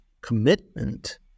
commitment